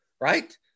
right